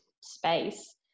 space